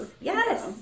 Yes